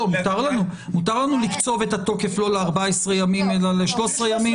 מותר לנו לקצוב את התוקף לא ל-14 ימים אלא ל-13 ימים.